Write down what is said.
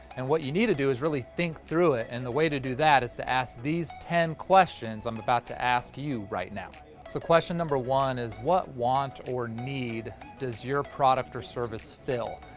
and what you need to do is really think through it, and the way to do that is to ask these ten questions i'm about to ask you right now. so question number one is what want or need does your product or service fill?